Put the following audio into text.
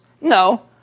No